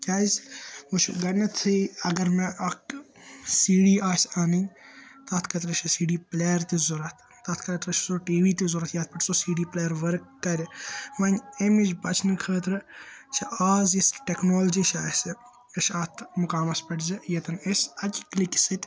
کیٛازِ وُچھو گۄڈنیٚتھٕے اَگَر مےٚ اَکھ سی ڈی آسہِ اَنٕنۍ تَتھ خٲطرٕ چھِ سی ڈی پُلیر تہِ ضرَوٗرت تَتھ خٲطرٕ چھُ سُہ ٹی وی تہِ ضرَوٗرت یَتھ پیٹھ سُہ سی ڈی پٔلیر ؤرٕک کَرِ وۄنۍ اَمہِ نِش بَچنہٕ خٲطرٕ چھِ اَز یِژھ ٹیکنالجی چھِ اَسہِ أسۍ چھِ اَتھ مُقامَس پیٚٹھ زِ ییٚتَن اَسہِ اَکہِ کِلِکہِ سٍتۍ